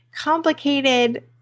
complicated